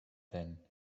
then